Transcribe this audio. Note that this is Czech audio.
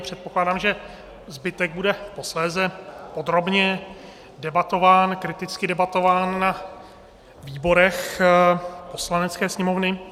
Předpokládám, že zbytek bude posléze podrobně debatován, kriticky debatován ve výborech Poslanecké sněmovny.